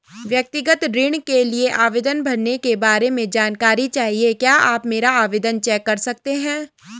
व्यक्तिगत ऋण के लिए आवेदन भरने के बारे में जानकारी चाहिए क्या आप मेरा आवेदन चेक कर सकते हैं?